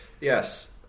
Yes